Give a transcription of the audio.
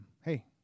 Hey